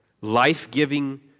life-giving